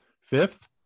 Fifth